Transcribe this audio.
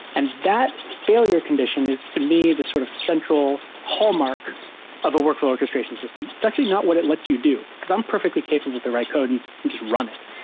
and that failure condition is to me the sort of central hallmark of a workflow orchestration system. it's actually not what it lets you do because i'm perfectly capable to write code and just run it.